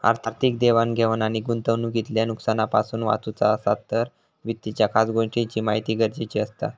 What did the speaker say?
आर्थिक देवाण घेवाण आणि गुंतवणूकीतल्या नुकसानापासना वाचुचा असात तर वित्ताच्या खास गोष्टींची महिती गरजेची असता